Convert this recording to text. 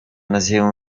nadzieję